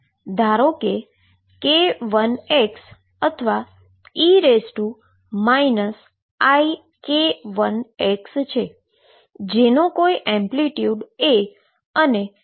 ધારો કે k1x અથવા e ik1x છે જેનો કોઈ એમ્પ્લિટ્યુડ A અને કોઈ એમ્પ્લિટ્યુડ B છે